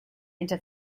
into